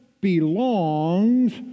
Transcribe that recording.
belongs